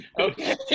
Okay